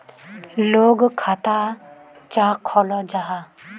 लोग खाता चाँ खोलो जाहा?